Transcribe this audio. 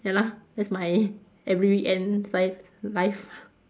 ya lah that's my every weekend life